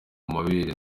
amabere